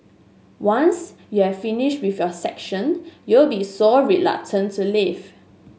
once you're finished with your session you'll be so reluctant to leave